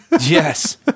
Yes